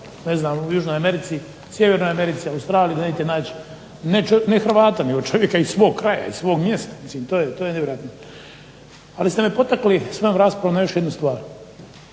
ne znam u Južnoj Americi, Sjevernoj Americi, Australiji da nećete naći ne Hrvata nego čovjeka iz svog kraja, iz svog mjesta. Mislim to je nevjerojatno. Ali ste me potakli svojom raspravom na još jednu stvar.